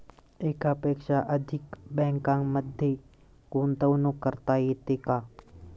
एकापेक्षा अधिक बँकांमध्ये गुंतवणूक करता येते का?